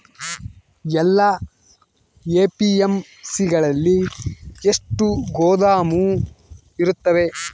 ಎಲ್ಲಾ ಎ.ಪಿ.ಎಮ್.ಸಿ ಗಳಲ್ಲಿ ಎಷ್ಟು ಗೋದಾಮು ಇರುತ್ತವೆ?